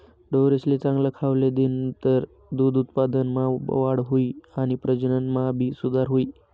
ढोरेसले चांगल खावले दिनतर दूध उत्पादनमा वाढ हुई आणि प्रजनन मा भी सुधार हुई